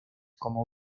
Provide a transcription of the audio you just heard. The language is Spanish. como